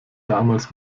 damals